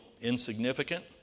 insignificant